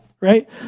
right